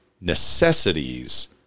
necessities